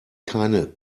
keine